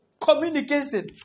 communication